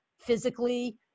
physically